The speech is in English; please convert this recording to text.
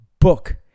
book